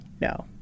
no